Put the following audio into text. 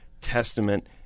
Testament